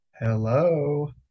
Hello